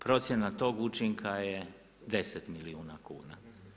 Procjena tog učinka je 10 milijuna kuna.